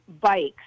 bikes